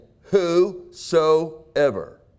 whosoever